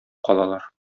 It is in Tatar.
калалар